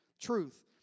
truth